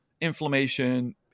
inflammation